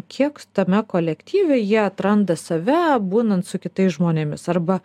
kiek tame kolektyve jie atranda save būnant su kitais žmonėmis arba